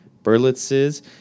Berlitz's